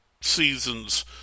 seasons